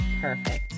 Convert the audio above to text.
perfect